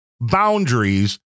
boundaries